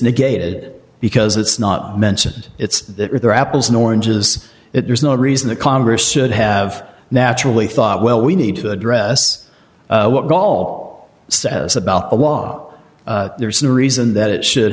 negated because it's not mentioned it's there apples and oranges that there's no reason the congress should have naturally thought well we need to address what paul says about the law there's no reason that it should